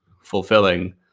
fulfilling